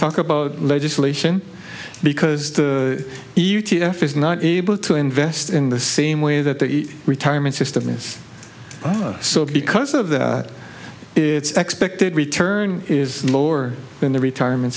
talk about legislation because you t f is not able to invest in the same way that the retirement system is so because of that it's expected return is lower than the retirement